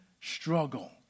struggle